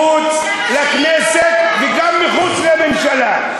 מחוץ לכנסת וגם מחוץ לממשלה.